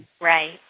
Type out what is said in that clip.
Right